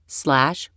slash